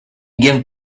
give